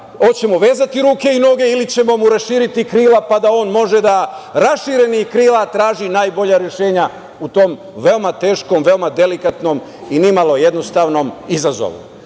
hoćemo vezati ruke i noge ili ćemo mu raširiti krila pa da on može da raširenih krila traži najbolja rešenja u tom veoma teškom, veoma delikatnom i nimalo jednostavnom izazovu. Naravno